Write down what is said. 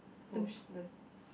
ocea~ the s~ the sea